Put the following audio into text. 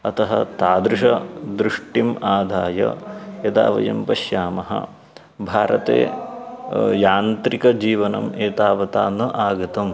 अतः तादृशीं दृष्टिम् आदाय यदा वयं पश्यामः भारते यान्त्रिकजीवनम् एतावत् न आगतम्